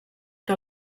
que